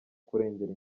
kurengera